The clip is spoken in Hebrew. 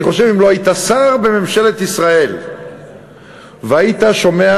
אני חושב שאם לא היית שר בממשלת ישראל והיית שומע